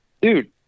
dude